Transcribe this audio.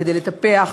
כדי לטפח